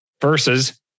versus